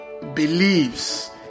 believes